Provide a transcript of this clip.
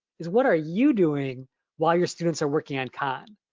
is what are you doing while your students are working on khan?